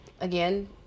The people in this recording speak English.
again